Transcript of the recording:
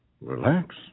relax